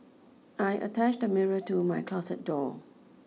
I attached a mirror to my closet door